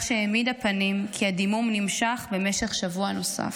שהעמידה פנים כי הדימום נמשך במשך שבוע נוסף.